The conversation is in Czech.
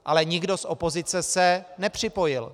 Ale nikdo z opozice se nepřipojil.